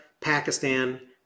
Pakistan